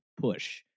push